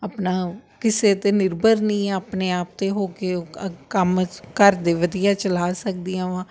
ਆਪਣਾ ਕਿਸੇ 'ਤੇ ਨਿਰਭਰ ਨਹੀਂ ਆਪਣੇ ਆਪ 'ਤੇ ਹੋ ਕੇ ਉਹ ਕ ਕੰਮ 'ਚ ਘਰ ਦੇ ਵਧੀਆ ਚਲਾ ਸਕਦੀਆਂ ਵਾਂ